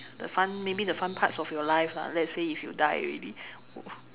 the fun maybe the fun parts of your life uh let's say if you die already